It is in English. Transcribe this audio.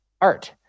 art